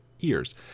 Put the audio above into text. ears